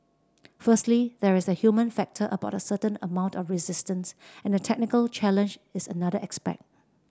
firstly there is a human factor about a certain amount of resistance and the technical challenge is another aspect